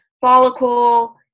follicle